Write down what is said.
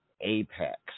Apex